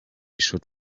should